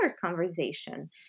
conversation